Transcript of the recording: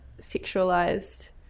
sexualized